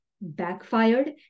backfired